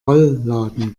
rollladen